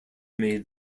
made